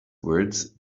words